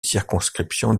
circonscriptions